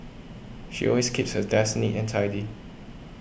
she always keeps her desk neat and tidy